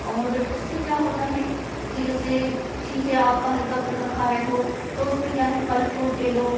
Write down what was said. और उससे क्या होता है कि जैसे ठीक है आपका हल्का फुल्का खा रहे हो तो उसमें क्या है फल फ़्रूट ले लो